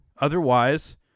Otherwise